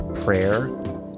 prayer